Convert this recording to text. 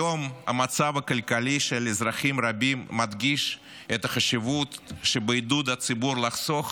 היום המצב הכלכלי של אזרחים רבים מדגיש את החשיבות שבעידוד הציבור לחסוך